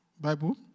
Bible